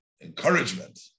encouragement